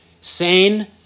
sane